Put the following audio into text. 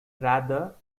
rather